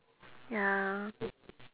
ya